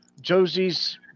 josie's